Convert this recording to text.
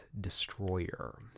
Destroyer